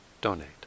donate